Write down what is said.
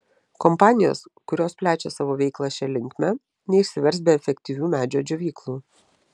kompanijos kurios plečia savo veiklą šia linkme neišsivers be efektyvių medžio džiovyklų